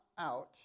out